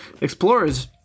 Explorers –